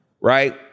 Right